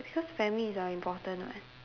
because families are important [what]